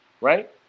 right